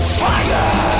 fire